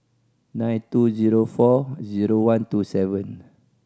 nine two zero four zero one two seven